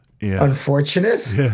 unfortunate